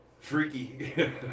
Freaky